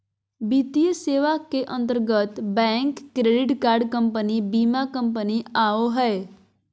वित्तीय सेवा के अंतर्गत बैंक, क्रेडिट कार्ड कम्पनी, बीमा कम्पनी आवो हय